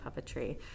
puppetry